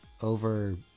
over